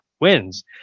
wins